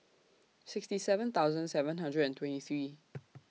sixty seven thousand seven hundred and twenty three